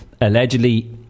allegedly